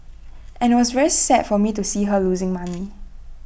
and IT was very sad for me to see her losing money